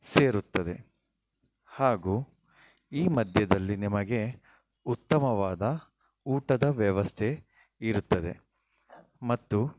ಸೇರುತ್ತದೆ ಹಾಗೂ ಈ ಮಧ್ಯದಲ್ಲಿ ನಿಮಗೆ ಉತ್ತಮವಾದ ಊಟದ ವ್ಯವಸ್ಥೆ ಇರುತ್ತದೆ ಮತ್ತು